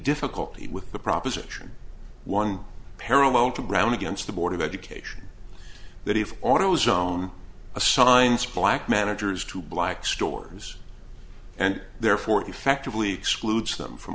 difficulty with the proposition one parallel to brown against the board of education that if autozone assigns black managers to black stores and therefore effectively excludes them from